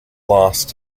lost